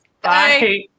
Bye